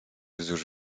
wzdłuż